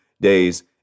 days